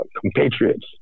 compatriots